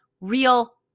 real